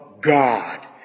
God